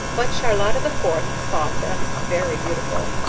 but charlotta the fourth thought them very beautiful,